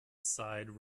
sighed